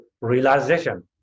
realization